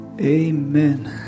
Amen